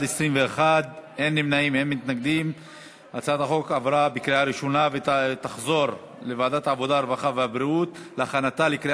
ההצעה להעביר את הצעת חוק שכר שווה לעובדת ולעובד (תיקון